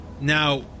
Now